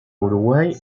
uruguay